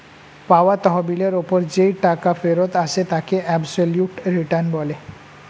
পাওয়া তহবিলের ওপর যেই টাকা ফেরত আসে তাকে অ্যাবসোলিউট রিটার্ন বলে